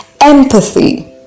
empathy